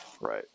right